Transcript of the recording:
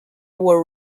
were